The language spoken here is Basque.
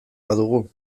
badugu